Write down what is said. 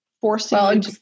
forcing